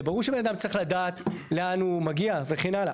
זה ברור שבן אדם צריך לדעת לאן הוא מגיע וכן הלאה.